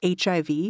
HIV